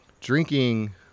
drinking